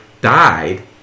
died